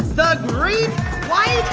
the great white